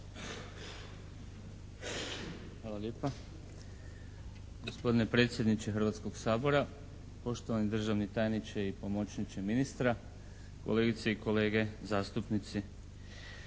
Hvala lijepa. Gospodine predsjedniče Hrvatskog sabora, poštovani državni tajniče i pomoćniče ministra, kolegice i kolege zastupnici.